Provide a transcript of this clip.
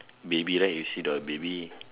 baby right you see the baby